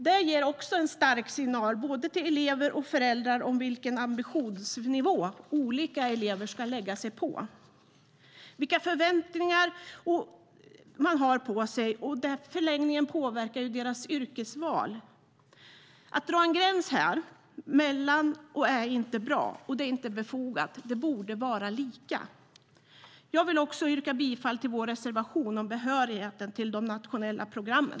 Det ger en stark signal till både elever och föräldrar om vilken ambitionsnivå olika elever ska lägga sig på och vilka förväntningar man har på sig, vilket i förlängningen påverkar deras yrkesval. Att dra en gräns häremellan är inte bra och det är inte befogat. Det borde vara lika. Jag vill också yrka bifall till vår reservation om behörigheten till de nationella programmen.